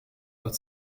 but